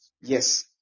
yes